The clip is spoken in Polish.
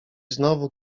znowu